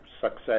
success